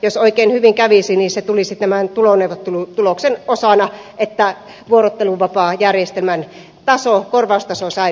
jos oikein hyvin kävisi niin se tulisi tämän tuloneuvottelutuloksen osana että vuorotteluvapaajärjestelmän korvaustaso sai